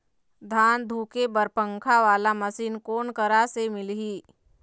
धान धुके बर पंखा वाला मशीन कोन करा से मिलही?